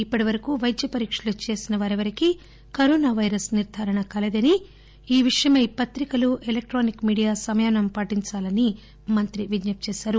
ఇప్పటి వరకు పైద్య పరీక్షలు చేసిన వారెవరికీ కరోరా పైరస్ నిర్దారణ కాలేదని ఈ విషయమై ప త్రికలు ఎలక్షానిక్ మీడియా సంయమనం పాటించాలని మంత్రి విజ్ఞప్తిచేశారు